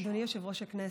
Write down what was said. אדוני יושב-ראש הכנסת,